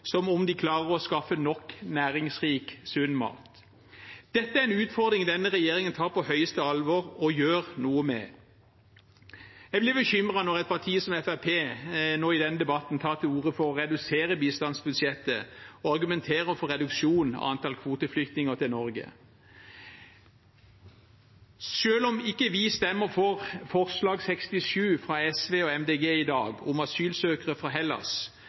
som om de klarer å skaffe nok næringsrik, sunn mat. Dette er en utfordring denne regjeringen tar på høyeste alvor og gjør noe med. Jeg blir bekymret når et parti som Fremskrittspartiet nå i denne debatten tar til orde for å redusere bistandsbudsjettet og argumenterer for reduksjon av antall kvoteflyktninger til Norge. Selv om vi ikke stemmer for forslag nr. 67 i dag, fra SV og Miljøpartiet De Grønne, om asylsøkere fra Hellas,